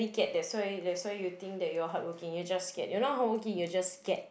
cat that's why that's why you think that you're hardworking you're just scared you're not hardworking you're just scared